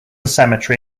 cemetery